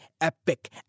epic